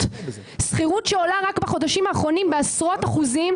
שעולה רק בחודשים האחרונים בעשרות אחוזים,